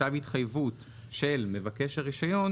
כתב התחייבות של מבקש הרישיון